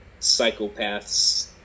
psychopaths